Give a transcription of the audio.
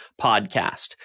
podcast